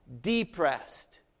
depressed